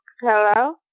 Hello